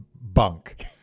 bunk